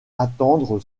attendre